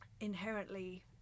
inherently